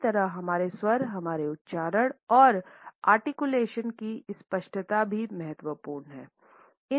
इसी तरह हमारे स्वर हमारे उच्चारण और आर्टिकुलेशन की स्पष्टता भी महत्वपूर्ण हैं